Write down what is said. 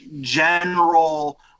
general